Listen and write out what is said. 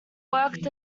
worked